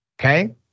okay